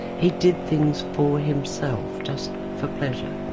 he did things for himself just for pleasure.